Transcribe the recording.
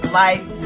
life